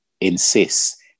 insists